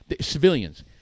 civilians